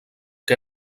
que